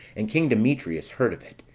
and king demetrius heard of it,